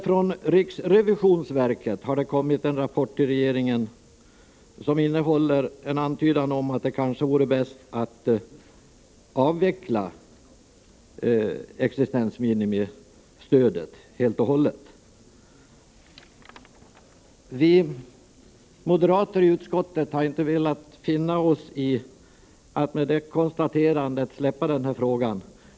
Från riksrevisionsverket har det emellertid kommit en rapport till regeringen som innehåller en antydan om att det kanske vore bäst att avveckla existensminimistödet helt och hållet. Vi moderater i utskottet har inte velat finna oss i att man med det konstaterandet skulle släppa den här frågan.